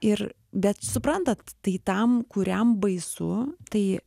ir bet suprantat tai tam kuriam baisu tai